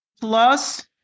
Plus